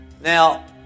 Now